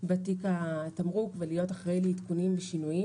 בתיק התמרוק ולהיות אחראי לעדכונים ושינויים.